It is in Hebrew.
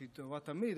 שהיא טובה תמיד,